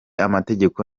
amategeko